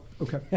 okay